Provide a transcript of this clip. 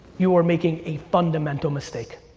you are making a fundamental mistake.